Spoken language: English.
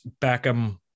Beckham